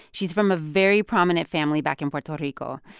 she's from a very prominent family back in puerto puerto rico.